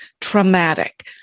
traumatic